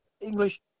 English